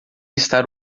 estar